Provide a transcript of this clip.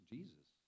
Jesus